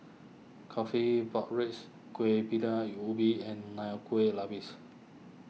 Coffee Pork Ribs Kueh Ubi and Nonya Kueh Lapis